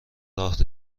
راه